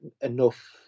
enough